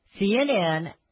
CNN